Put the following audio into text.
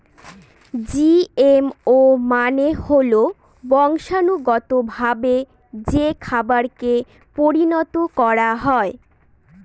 GMO মানে হল বংশানুগতভাবে যে খাবারকে পরিণত করা হয়